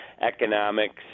economics